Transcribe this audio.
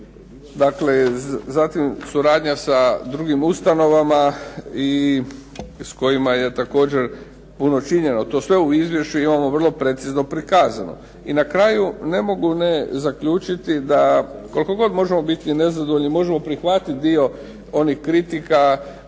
riječ. Zatim, suradnja sa drugim ustanovama s kojima je također puno učinjeno. To sve u izvješću imamo vrlo precizno prikazano. I na kraju ne mogu ne zaključiti, da koliko god možemo biti nezadovoljni možemo prihvatiti onaj dio kritika,